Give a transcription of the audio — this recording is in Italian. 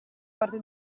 parte